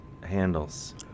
handles